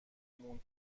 موند